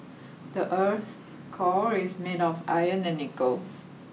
the earth's core is made of iron and nickel